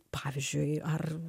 pavyzdžiui ar